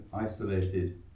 isolated